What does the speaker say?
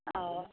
ആ